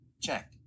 check